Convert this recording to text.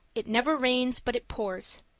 it never rains but it pours.